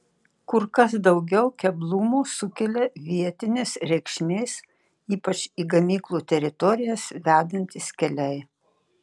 kur kas daugiau keblumų sukelia vietinės reikšmės ypač į gamyklų teritorijas vedantys keliai